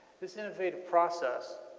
this innovative process